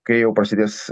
kai jau prasidės